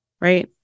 Right